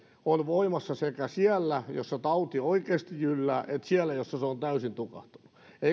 ovat voimassa sekä siellä missä tauti oikeasti jyllää että siellä missä se on täysin tukahtunut